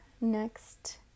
next